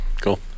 Cool